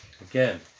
again